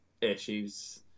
issues